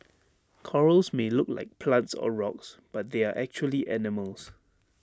corals may look like plants or rocks but they are actually animals